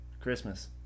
Christmas